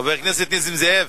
חבר הכנסת נסים זאב,